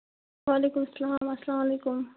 وعلیکُم سَلام السلام علیکُم